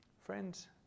Friends